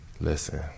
listen